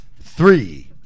three